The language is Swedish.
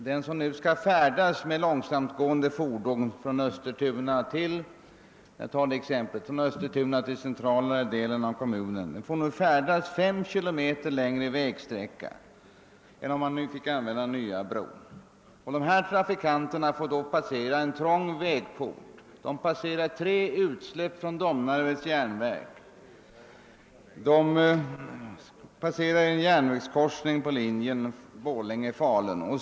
De som nu skall färdas med långsamtgående fordon t.ex. från östra delen av Stora Tuna till mera centrala delar av kommunen får nu färdas ca 5 km längre vägsträcka än om de finge använda den nya bron. Dessa trafikanter får nu passera en trång vägport och den smala bron i Domnarvet. Vidare passerar de utsläpp från Domnarvets järnverk och en järnvägskorsning på linjen Borlänge—Falun.